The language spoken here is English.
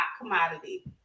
Commodity